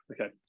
okay